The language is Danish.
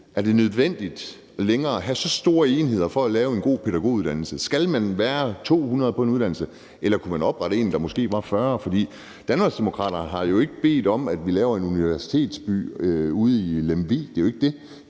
Er det nødvendigt længere at have så store enheder for at lave en god pædagoguddannelse? Skal man være 200 på en uddannelse, eller kunne man oprette en, der måske var 40 mennesker på? For Danmarksdemokraterne har jo ikke bedt om, at vi laver en universitetsby ude i Lemvig. Det er jo ikke det.